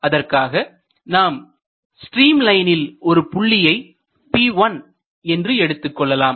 அதற்காக நாம் ஸ்ட்ரீம் லைனில் ஒரு புள்ளியை P1 என்று எடுத்துக் கொள்ளலாம்